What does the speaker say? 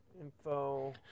info